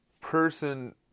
person